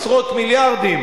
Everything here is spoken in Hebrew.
עשרות מיליארדים,